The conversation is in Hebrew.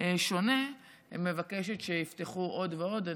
שונה שיפתחו עוד ועוד.